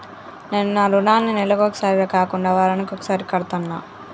నేను నా రుణాన్ని నెలకొకసారి కాకుండా వారానికోసారి కడ్తన్నా